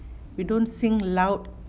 we don't sing loud